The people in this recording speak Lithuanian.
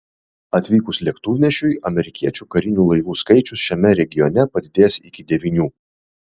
atvykus lėktuvnešiui amerikiečių karinių laivų skaičius šiame regione padidės iki devynių